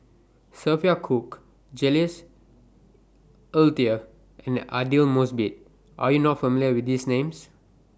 Sophia Cooke Jules Itier and Aidli Mosbit Are YOU not familiar with These Names